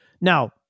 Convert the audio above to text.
Now